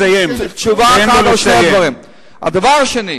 הדבר השני,